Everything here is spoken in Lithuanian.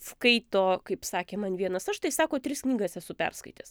skaito kaip sakė man vienas aš tai sako tris knygas esu perskaitęs